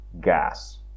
gas